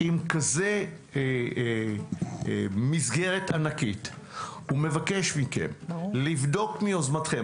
עם כזאת מסגרת ענקית ומבקש מכם לבדוק מיוזמתכם.